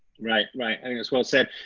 right, right. i think that's well said.